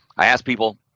i asked people,